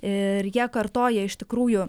ir jie kartoja iš tikrųjų